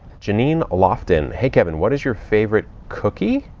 janine loftin hey kevin, what is your favorite cookie?